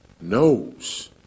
knows